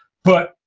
but,